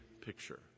picture